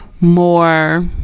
more